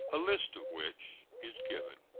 a list of which is given.